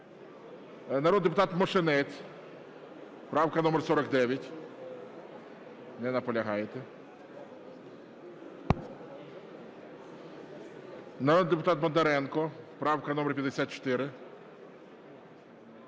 Народний депутат Мошенець, правка номер 49. Не наполягаєте. Народний депутат Бондаренко, правка номер 54.